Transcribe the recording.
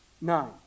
nine